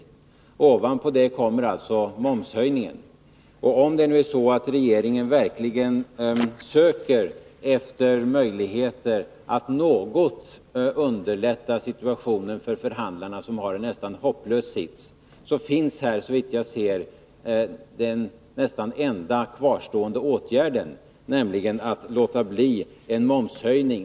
Men ovanpå detta kommer alltså momshöjningen. Om regeringen verkligen söker efter möjligheter att något underlätta situationen för förhandlarna, som har en nästan hopplös uppgift, finns här — såvitt jag ser — den enda kvarstående åtgärden, nämligen att låta bli att genomföra en momshöjning.